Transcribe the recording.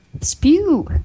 spew